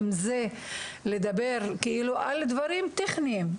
האם זה לדבר על דברים טכניים,